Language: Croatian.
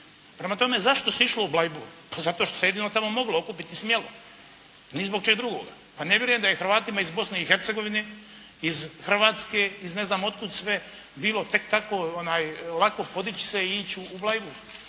Prema tome zašto se išlo u Bleiburg, zato što se jedino tamo moglo okupiti, smjelo. Ni zbog čega drugoga. Pa ne vjerujem da je Hrvatima iz Bosne i Hercegovine, iz Hrvatske, iz ne znam od kuda sve, bilo tek tako lako podići se i ići u Bleiburg.